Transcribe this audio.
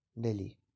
Delhi